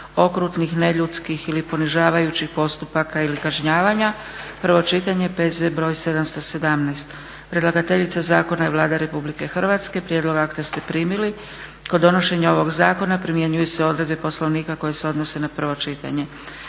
okrutnih, neljudskih ili ponižavajućih postupaka ili kažnjavanja, prvo čitanje, P.Z.br. 717; Predlagateljica zakona je Vlada Republike Hrvatske. Prijedlog akta ste primili. Kod donošenja ovog zakona primjenjuju se odredbe Poslovnika koje se odnose na prvo čitanje.